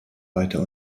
weiter